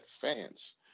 fans